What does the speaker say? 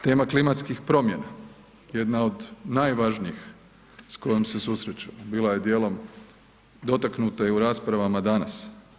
Tema klimatskih promjena jedna od najvažnijih s kojom se susreću, bila je dijelom dotaknuta i u raspravama danas.